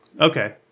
Okay